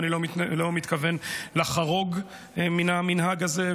ואני לא מתכוון לחרוג מן המנהג הזה.